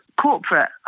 corporate